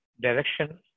direction